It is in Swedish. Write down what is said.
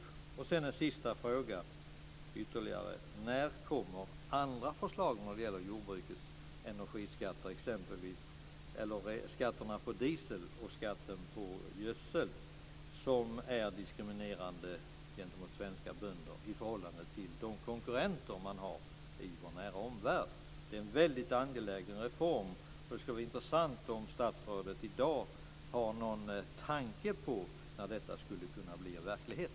Sedan har jag en sista fråga: När kommer andra förslag när det gäller jordbrukets energiskatter? Exempelvis är skatterna på diesel och gödsel diskriminerande för svenska bönder i förhållande till deras konkurrenter i vår nära omvärld. En energiskattesänkning vore en väldigt angelägen reform. Det skulle vara intressant att höra om statsrådet i dag har någon tanke om när en sådan skulle kunna bli verklighet.